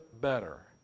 better